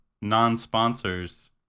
non-sponsors